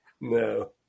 No